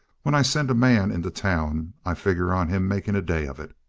when i send a man into town, i figure on him making a day of it.